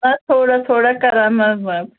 آ تھوڑا تھوڑا کٔران منٛزٕ منٛزٕ